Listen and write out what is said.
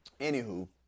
Anywho